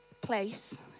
place